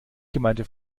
gemeinte